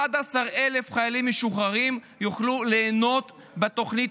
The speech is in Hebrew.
11,000 חיילים משוחררים יוכלו ליהנות מהתוכנית